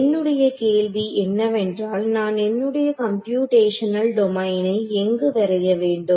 என்னுடைய கேள்வி என்னவென்றால் நான் என்னுடைய கம்ப்யுடேஷனல் டொமைனை எங்கு வரைய வேண்டும்